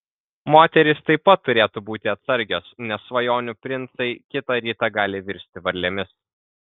moterys taip pat turėtų būti atsargios nes svajonių princai kitą rytą gali virsti varlėmis